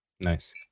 Nice